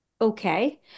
Okay